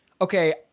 okay